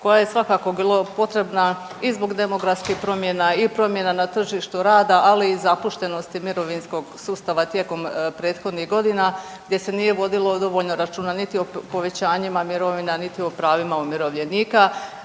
koja je svakako bila potrebna i zbog demografskih promjena i promjena na tržištu rada ali i zapuštenosti mirovinskog sustava tijekom prethodnih godina gdje se nije vodilo dovoljno računa niti o povećanjima mirovina, niti o pravima umirovljenika.